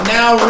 now